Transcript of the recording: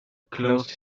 closed